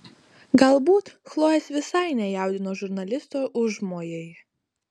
galbūt chlojės visai nejaudino žurnalisto užmojai